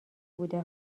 بوده